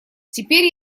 теперь